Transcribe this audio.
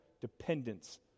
dependence